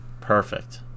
Perfect